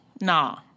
Nah